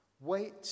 Wait